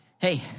Hey